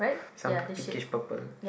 some pinkish purple